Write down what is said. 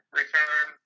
return